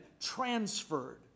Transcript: transferred